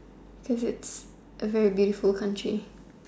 cause it a very beautiful country